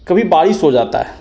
कभी बारिश हो जाता है